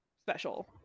special